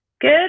Good